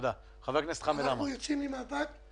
אנחנו יוצאים למאבק.